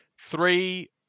three